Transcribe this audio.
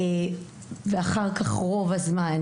ואחר כך רוב הזמן,